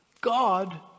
God